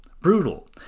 brutal